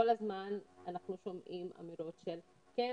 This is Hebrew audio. אף אחד לא מפצה אותם על ימי בידוד וכל הזמן אנחנו שומעים אמירות של כן,